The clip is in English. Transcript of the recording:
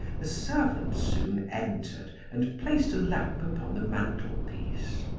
a servant soon entered and placed a lamp upon the mantel-piece.